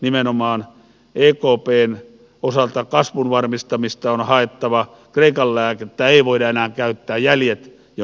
nimenomaan ekpn osalta kasvun varmistamista on haettava kreikan lääkettä ei voida enää käyttää jäljet jo näkyvät